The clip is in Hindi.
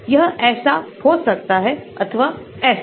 तो यह ऐसा हो सकता है अथवा ऐसा